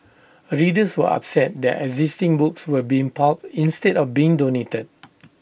readers were upset that existing books were being pulped instead of being donated